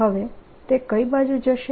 હવે તે કઈ બાજુ જશે